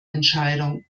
entscheidung